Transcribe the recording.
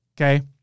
Okay